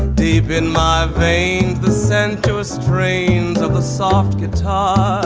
deep in love, they send two ah strains of the soft guitar,